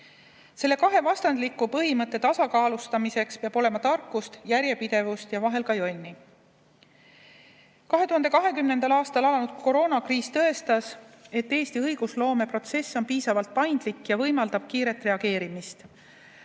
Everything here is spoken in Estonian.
Nende kahe vastandliku põhimõtte tasakaalustamiseks peab olema tarkust, järjepidevust ja vahel ka jonni.2020. aastal alanud koroonakriis tõestas, et Eesti õigusloomeprotsess on piisavalt paindlik ja võimaldab kiiret reageerimist.